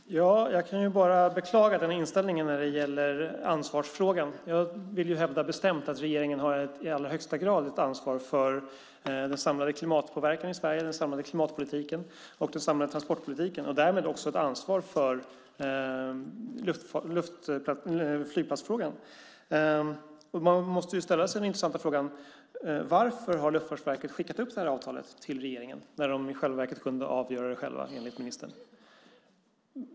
Herr talman! Jag kan bara beklaga inställningen i ansvarsfrågan. Jag hävdar bestämt att regeringen i allra högsta grad har ett ansvar för den samlade klimatpåverkan, den samlade klimatpolitiken och den samlade transportpolitiken i Sverige. Därmed har man också ett ansvar för flygplatsfrågan. Man måste ställa sig den intressanta frågan: Varför har Luftfartsverket skickat upp det här avtalet till regeringen när de i själva verket kunde avgöra det själva enligt ministern?